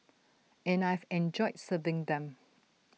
and I've enjoyed serving them